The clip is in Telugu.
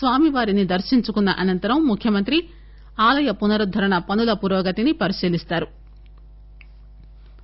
స్వామి వారిని దర్తించుకున్న అనతరం ముఖ్యమంత్రి ఆలయ పునరుద్దరణ పనుల పురోగతిని పరిశీలిస్తారు